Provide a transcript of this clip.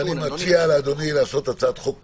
אני מציע לאדוני להביא הצעת חוק פרטית,